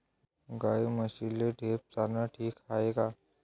गाई म्हशीले ढेप चारनं ठीक हाये का?